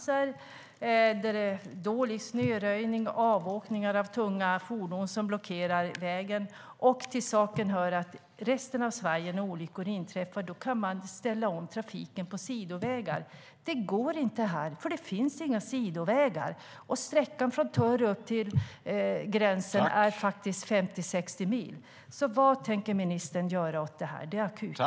Det är dålig snöröjning, och det blir avåkningar av tunga fordon som blockerar vägen. Till saken hör att i resten av Sverige kan man ställa om trafiken till sidovägar när olyckor inträffar. Det går inte här, för det finns inga sidovägar. Sträckan från Töre upp till gränsen är 50-60 mil. Vad tänker ministern göra åt det här? Det är akut.